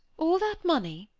all that money?